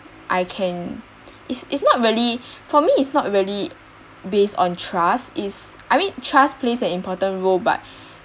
I can it's it's not really for me it's not really based on trust is I mean trust plays an important role but